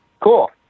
Cool